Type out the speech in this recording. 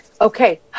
Okay